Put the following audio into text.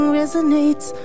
resonates